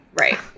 Right